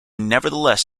nevertheless